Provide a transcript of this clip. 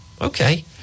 okay